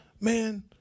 man